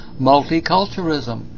multiculturalism